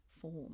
form